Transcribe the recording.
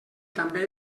també